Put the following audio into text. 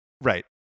Right